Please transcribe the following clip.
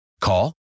Call